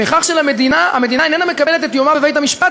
בכך שהמדינה איננה מקבלת את יומה בבית-המשפט